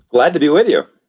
glad to be with you.